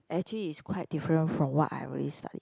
actually is quite different from what I already study